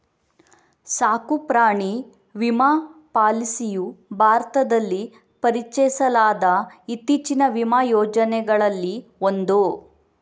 ಸಾಕು ಪ್ರಾಣಿ ವಿಮಾ ಪಾಲಿಸಿಯು ಭಾರತದಲ್ಲಿ ಪರಿಚಯಿಸಲಾದ ಇತ್ತೀಚಿನ ವಿಮಾ ಯೋಜನೆಗಳಲ್ಲಿ ಒಂದು